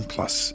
Plus